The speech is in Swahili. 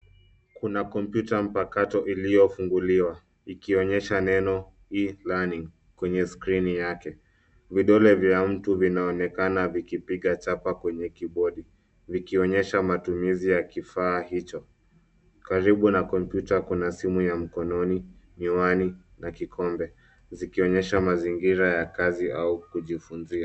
Kuna kompyuta mpakato iliyofunguliwa; ikionyesha neno E-Learning kwenye skrini yake. Vidole vya mtu vinaonekana vikipiga chapa kwenye kibodi, vikionyesha matumizi ya kifaa hicho. Karibu na kompyuta kuna simu ya mkononi, miwani na kikombe, zikionyesha mazingira ya kazi au kujifunzia.